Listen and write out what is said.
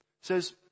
says